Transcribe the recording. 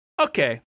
okay